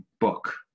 book